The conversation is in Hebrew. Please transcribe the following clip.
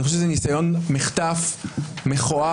אני חושב שזה ניסיון מחטף מכוער,